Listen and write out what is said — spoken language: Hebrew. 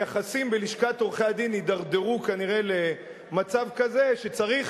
היחסים בלשכת עורכי-הדין הידרדרו כנראה למצב כזה שצריך,